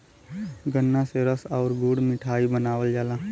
गन्रा से रस आउर गुड़ मिठाई बनावल जाला